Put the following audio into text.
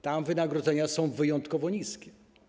Tam wynagrodzenia są wyjątkowo niskie.